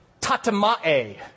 tatamae